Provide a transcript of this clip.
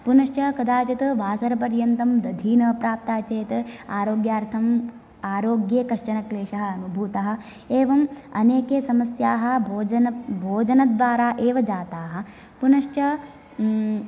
पुनश्च कदाचित् वासरपर्यन्तं दधि न प्राप्ता चेत् आरोग्यार्थम् आरोग्ये कश्चन क्लेषः अनुभूतः एवम् अनेके समस्याः भोजन भोजनद्वारा एव जाताः पुनश्च